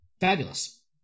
Fabulous